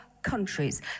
countries